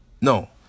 No